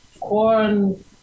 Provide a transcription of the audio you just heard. corn